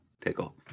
pickle